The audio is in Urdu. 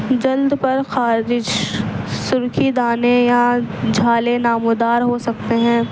جلد پر خارش سرخی دانے یا جھالے نمودار ہو سکتے ہیں